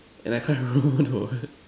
and I can't remember who told what